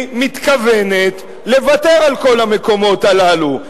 מתכוונת לוותר על כל המקומות הללו.